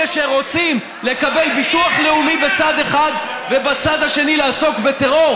אלה שרוצים לקבל ביטוח לאומי בצד אחד ובצד השני לעסוק בטרור?